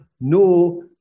no